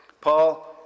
Paul